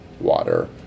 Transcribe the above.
water